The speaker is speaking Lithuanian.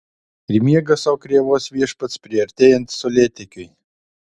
ir miega sau krėvos viešpats priartėjant saulėtekiui